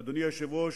אדוני היושב-ראש,